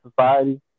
society